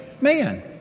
man